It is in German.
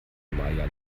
maja